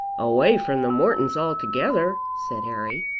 away from the mortons altogether! said harry.